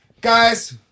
guys